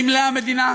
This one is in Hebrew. סמלי המדינה,